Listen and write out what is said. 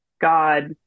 god